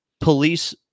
police